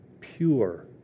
pure